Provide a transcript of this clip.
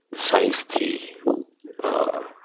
science تھی اور